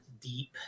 deep